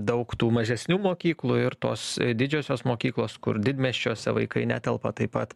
daug tų mažesnių mokyklų ir tos didžiosios mokyklos kur didmiesčiuose vaikai netelpa taip pat